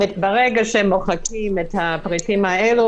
ברגע שמוחקים את הפריטים האלה,